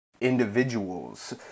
individuals